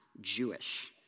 Jewish